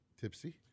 tipsy